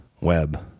Web